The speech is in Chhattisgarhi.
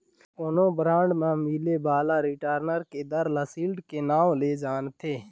कोनो बांड मे मिले बाला रिटर्न के दर ल सील्ड के नांव ले जानथें